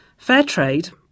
Fairtrade